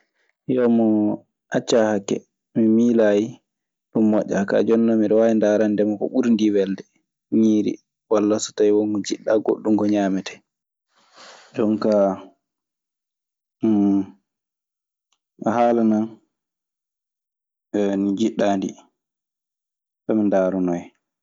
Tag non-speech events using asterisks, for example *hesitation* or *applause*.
Mi wiyan mo "accaa hakke, mi miilaayi ɗun moƴƴaa kaa hooni non miɗe waawi naarande ma ko ɓuri ndii welde. Ñiiri walla so taawii won ko njiɗɗaa goɗɗun ka ñaametee. Jonkaa *hesitation* haala nan ndi njiɗɗaa ndii fa mi ndaarana en."